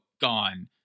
gone